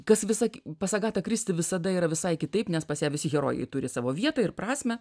kas visa pas agatą kristi visada yra visai kitaip nes pas ją visi herojai turi savo vietą ir prasmę